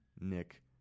Nick